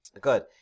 Good